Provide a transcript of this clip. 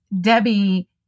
Debbie